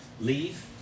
Leave